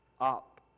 up